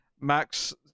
Max